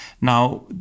Now